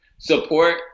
Support